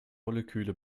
moleküle